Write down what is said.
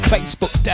Facebook